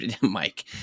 Mike